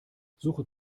suche